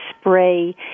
spray